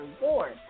reward